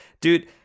dude